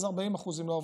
אז 40% לא עוברים.